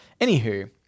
Anywho